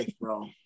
bro